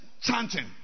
chanting